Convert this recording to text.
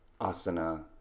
asana